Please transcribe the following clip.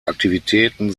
aktivitäten